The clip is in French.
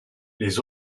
les